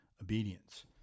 obedience